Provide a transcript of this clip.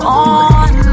on